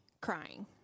crying